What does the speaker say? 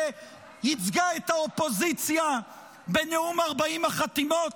ייצגה את האופוזיציה בנאום 40 החתימות?